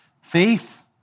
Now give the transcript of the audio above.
Faith